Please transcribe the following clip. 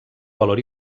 valor